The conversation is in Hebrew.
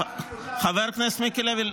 נראה לי מיותר --- חבר הכנסת מיקי לוי,